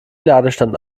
ladestand